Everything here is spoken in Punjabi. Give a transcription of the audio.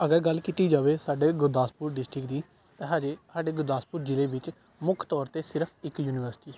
ਅਗਰ ਗੱਲ ਕੀਤੀ ਜਾਵੇ ਸਾਡੇ ਗੁਰਦਾਸਪੁਰ ਡਿਸਟ੍ਰਿਕ ਦੀ ਅਜੇ ਸਾਡੇ ਗੁਰਦਾਸਪੁਰ ਜ਼ਿਲ੍ਹੇ ਵਿੱਚ ਮੁੱਖ ਤੌਰ 'ਤੇ ਸਿਰਫ ਇੱਕ ਯੂਨੀਵਰਸਿਟੀ ਹੈ